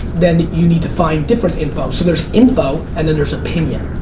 then you need to find different info. so there's info and then there's opinion.